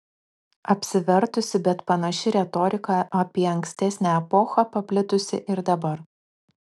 apsivertusi bet panaši retorika apie ankstesnę epochą paplitusi ir dabar